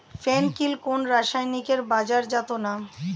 ফেন কিল কোন রাসায়নিকের বাজারজাত নাম?